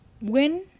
win